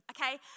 okay